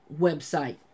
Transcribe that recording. website